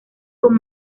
con